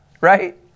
right